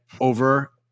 over